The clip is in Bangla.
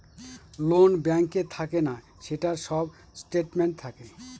লোন ব্যাঙ্কে থাকে না, সেটার সব স্টেটমেন্ট থাকে